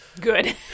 Good